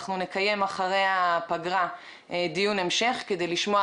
אנחנו נקיים אחרי הפגרה דיון המשך כדי לשמוע